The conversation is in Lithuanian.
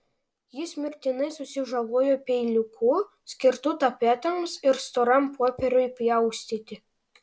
jis mirtinai susižalojo peiliuku skirtu tapetams ir storam popieriui pjaustyti